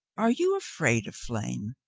are you afraid of flame?